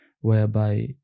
whereby